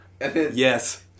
Yes